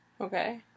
Okay